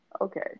Okay